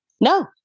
No